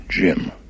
Jim